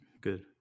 good